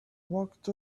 walked